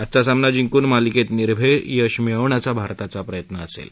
आजचा सामना जिंकूनमालिकेत निर्भेळ यश मिळवण्याचा भारताचा प्रयत्न असेल